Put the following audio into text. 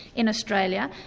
in australia,